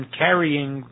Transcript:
carrying